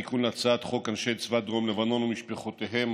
התיקון לחוק אנשי צבא דרום לבנון ומשפחותיהם,